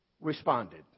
responded